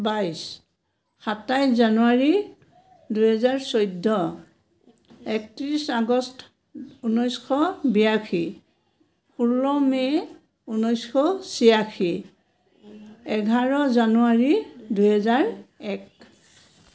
বাইছ সাতাইছ জানুৱাৰী দুহেজাৰ চৈধ্য একত্ৰিছ আগষ্ট ঊনৈছশ বিয়াশী ষোল্ল মে' ঊনৈছশ ছিয়াশী এঘাৰ জানুৱাৰী দুহেজাৰ এক